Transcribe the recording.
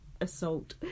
assault